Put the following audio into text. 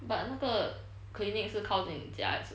but 那个 clinic 是靠近你家还是